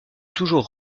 toujours